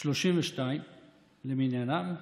1932 למניינם,